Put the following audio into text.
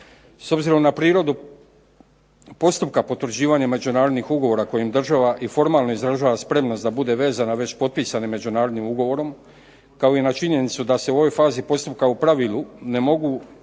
S obzirom na prirodu postupka potvrđivanja međunarodnih ugovora u kojima država i formalno izražava spremnost da bude vezana već potpisanim međunarodnim ugovorom, kao i na činjenicu da se u ovoj fazi postupka u pravilu ne mogu